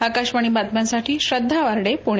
आकाशवाणी बातम्यांसाठी श्रद्वा वार्डे पुणे